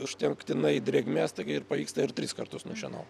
užtektinai drėgmės taigi ir pavyksta ir tris kartus nušienaut